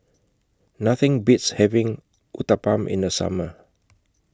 Nothing Beats having Uthapam in The Summer